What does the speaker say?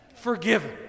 forgiven